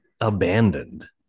Abandoned